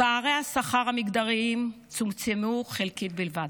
פערי השכר המגדריים צומצמו חלקית בלבד,